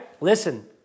Listen